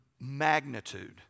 magnitude